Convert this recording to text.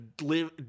live